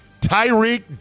Tyreek